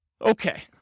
Okay